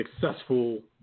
successful